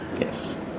Yes